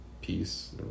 peace